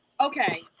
Okay